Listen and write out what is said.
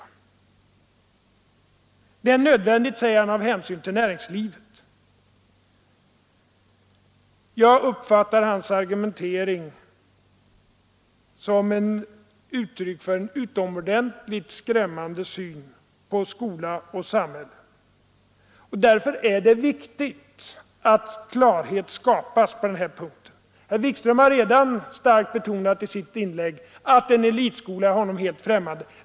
En sådan är nödvändig, säger han, av hänsyn till näringslivet. Jag uppfattar hans argumentering som uttryck för en utomordentligt skrämmande syn på skola och samhälle. Därför är det viktigt att klarhet skapas på denna punkt. Herr Wikström har redan i sitt inlägg starkt betonat att en elitskola är honom helt främmande.